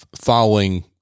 following